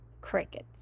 crickets